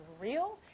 real